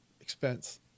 expense